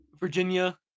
Virginia